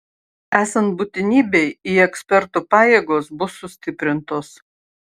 esant būtinybei į ekspertų pajėgos bus sustiprintos